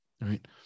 right